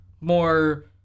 more